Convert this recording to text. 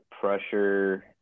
pressure